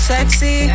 Sexy